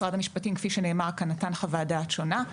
משרד המשפטים כפי שנאמר כאן נתן חוות דעת שונה.